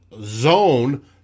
zone